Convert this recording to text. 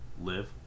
live